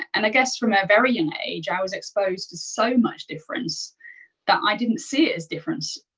and i guess from a very young age, i was exposed to so much difference that i didn't see it as difference,